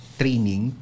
training